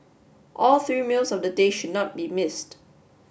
all three meals of the day should not be missed